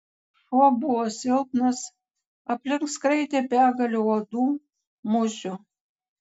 šuo buvo silpnas aplink skraidė begalė uodų musių